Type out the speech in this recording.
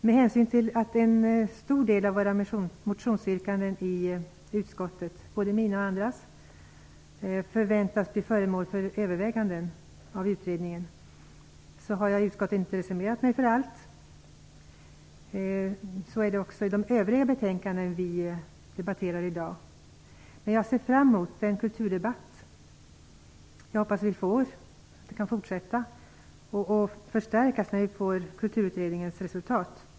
Med hänsyn till att en stor del av våra motionsyrkanden i utskottet, både mina och andras, förväntas bli föremål för överväganden av utredningen har jag i utskottet inte reserverat mig för allt. Så är det också i de övriga betänkanden vi debatterar i dag. Men jag ser fram mot att den kulturdebatt jag hoppas vi får kan fortsätta och förstärkas när vi får Kulturutredningens resultat.